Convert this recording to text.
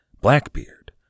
Blackbeard